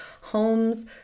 homes